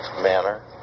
manner